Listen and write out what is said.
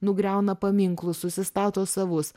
nugriauna paminklus susistato savus